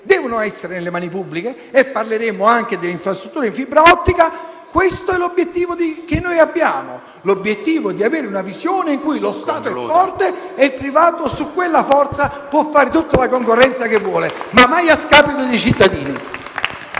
debbano essere nelle mani pubbliche, e parleremo anche delle infrastrutture in fibra ottica. Questo è l'obiettivo che noi abbiamo: avere una visione in cui lo Stato è forte e il privato, su quella forza, può fare tutto la concorrenza che vuole, ma mai a scapito dei cittadini.